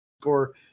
score